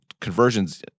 conversions